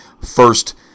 first